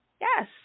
Yes